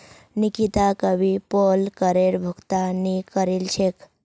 निकिता कभी पोल करेर भुगतान नइ करील छेक